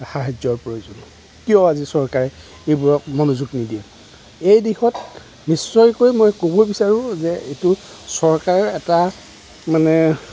সাহাৰ্য্যৰ প্ৰয়োজন কিয় আজি চৰকাৰে এইবোৰত মনোযোগ নিদিয়ে এই দিশত নিশ্চয়কৈ মই ক'ব বিচাৰোঁ যে এইটো চৰকাৰৰ এটা মানে